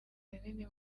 rinini